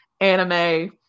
anime